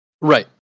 Right